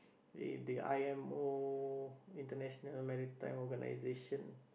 uh the i_m_o international maritime organization